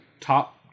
top